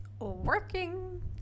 working